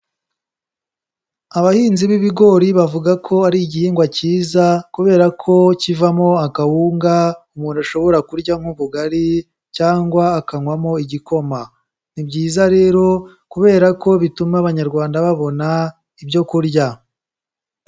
Abahinzi b'ibigori bavuga ko ari igihingwa kiza kubera ko kivamo akawunga, umuntu ashobora kurya nk'ubugari cyangwa akanywamo igikoma. Ni byiza rero kubera ko bituma Abanyarwanda babona ibyo kurya.